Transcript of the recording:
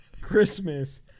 Christmas